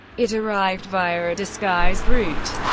it arrived via a disguised route.